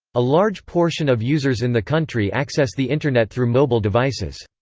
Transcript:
a large portion of users in the country access the internet through mobile devices.